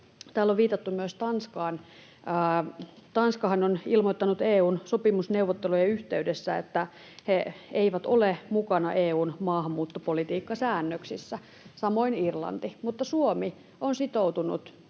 Täällä on viitattu myös Tanskaan. Tanskahan on ilmoittanut EU:n sopimusneuvottelujen yhteydessä, että he eivät ole mukana EU:n maahanmuuttopolitiikkasäännöksissä. Samoin Irlanti, mutta Suomi on sitoutunut